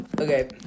Okay